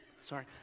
sorry